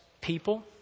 people